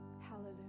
Hallelujah